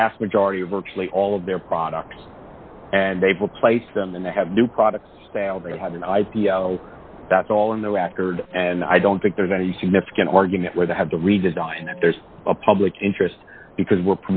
vast majority of virtually all of their products and they place them and they have new products that's all in the record and i don't think there's any significant argument where they have to redesign if there's a public interest because we're